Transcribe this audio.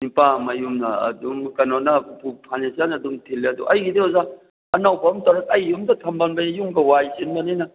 ꯅꯨꯄꯥ ꯃꯌꯨꯝꯅ ꯑꯗꯨꯝ ꯀꯩꯅꯣꯅ ꯎꯄꯨ ꯐꯔꯅꯤꯆꯔꯅ ꯑꯗꯨꯝ ꯊꯤꯜꯂꯦ ꯑꯗꯨ ꯑꯩꯒꯤꯗꯤ ꯑꯣꯖꯥ ꯑꯅꯧꯕ ꯑꯃ ꯇꯧꯔꯦ ꯑꯩ ꯌꯨꯝꯗ ꯊꯝꯐꯝꯗꯣ ꯑꯩ ꯌꯨꯝꯒ ꯋꯥꯏ ꯆꯤꯟꯕꯅꯤꯅ